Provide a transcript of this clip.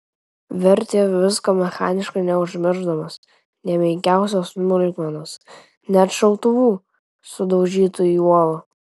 vertė viską mechaniškai neužmiršdamas nė menkiausios smulkmenos net šautuvų sudaužytų į uolą